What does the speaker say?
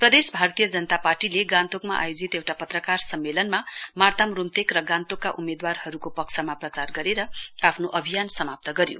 प्रदेश भारतीय जनता पार्टीले गान्तोकमा आयोजित एउटा पत्रकार सम्मेलनमा मार्ताम रूम्तेक र गान्तोकका उम्मेदवारहरूको पक्षमा प्रचार गरेर आफ्नो अभियान समाप्त गर्यो